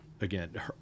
again